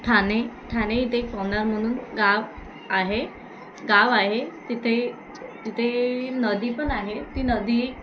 ठाणे ठाणे इथे पवनार म्हणून गाव आहे गाव आहे तिथे तिथे नदी पण आहे ती नदी